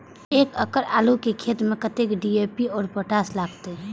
एक एकड़ आलू के खेत में कतेक डी.ए.पी और पोटाश लागते?